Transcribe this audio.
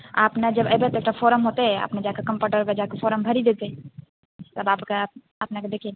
आ अपने जब अयबै तऽ फोरम होतै अपने जाके कम्पाउण्डरके जाके फोरम भरि देबै तब आपके अपनेके देखि